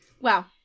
Wow